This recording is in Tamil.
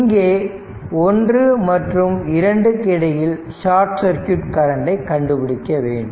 இங்கே 1 மற்றும் 2 க்கு இடையில் ஷார்ட் சர்க்யூட் கரண்டை கண்டுபிடிக்க வேண்டும்